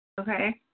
Okay